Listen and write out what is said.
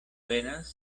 venas